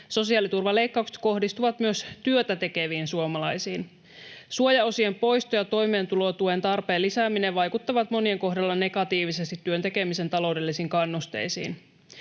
Sosiaaliturvaleikkaukset kohdistuvat myös työtä tekeviin suomalaisiin. Suojaosien poisto ja toimeentulotuen tarpeen lisääminen vaikuttavat monien kohdalla negatiivisesti työn tekemisen taloudellisiin kannusteisiin.